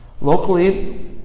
Locally